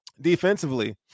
Defensively